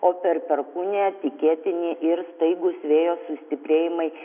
o per perkūniją tikėtini ir staigūs vėjo sustiprėjimai